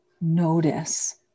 notice